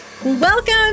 Welcome